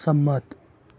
સંમત